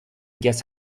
guess